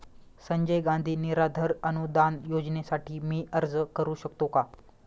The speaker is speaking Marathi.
संजय गांधी निराधार अनुदान योजनेसाठी मी अर्ज करू शकतो का?